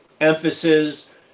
emphasis